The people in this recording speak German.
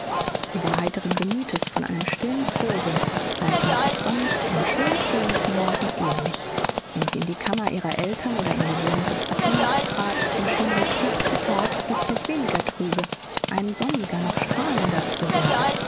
sie war heiteren gemüthes von einem stillen frohsinn gleichmäßig sonnig einem schönen frühlingsmorgen ähnlich wenn sie in die kammer ihrer eltern oder in die wohnung des atinas trat so schien der trübste tag plötzlich weniger trübe ein sonniger noch strahlender zu werden